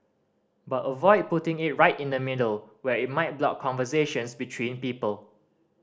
but avoid putting it right in the middle where it might block conversations between people